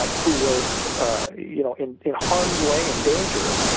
um who were you know in in harms way and danger,